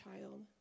child